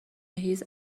هیز